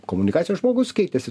komunikacijos žmogus keitėsi